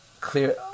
clear